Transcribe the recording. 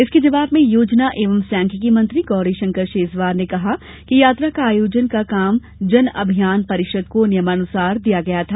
इसके जबाव में योजना एवं सांख्यिकी मंत्री गौरीशंकर शेजवार ने कहा कि यात्रा का आयोजन का काम जन अभियान परिषद को नियमानुसार दिया गया था